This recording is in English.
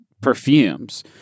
perfumes